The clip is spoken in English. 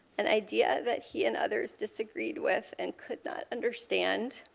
an idea that he and others disagreed with and could not understand.